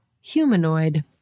humanoid